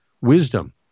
Wisdom